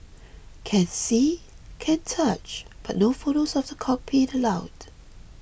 can see can touch but no photos of the cockpit allowed